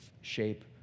shape